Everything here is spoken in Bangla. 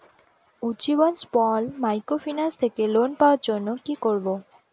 উজ্জীবন স্মল মাইক্রোফিন্যান্স থেকে লোন পাওয়ার জন্য কি করব?